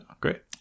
Great